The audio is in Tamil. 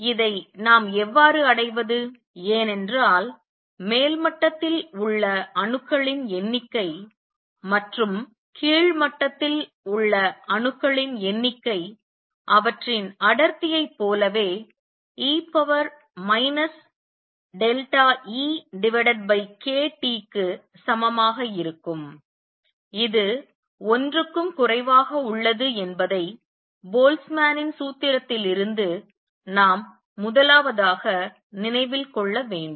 இதை நாம் எவ்வாறு அடைவது ஏனென்றால் மேல் மட்டத்தில் உள்ள அணுக்களின் எண்ணிக்கை மற்றும் கீழ் மட்டத்தில் உள்ள அணுக்களின் எண்ணிக்கை அவற்றின் அடர்த்தியைப் போலவே e EkTக்கு சமமாக இருக்கும் இது 1 க்கும் குறைவாக உள்ளது என்பதை போல்ட்ஸ்மேனின் சூத்திரத்திலிருந்து Boltzmann's formula நாம் முதலாவதாக நினைவில் கொள்ள வேண்டும்